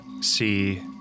see